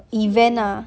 示威啊